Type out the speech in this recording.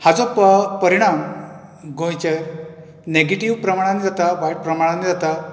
हाजो परीणाम गोंयचे नेगेटिव प्रमाणानीय जाता वायट प्रमाणानूय जाता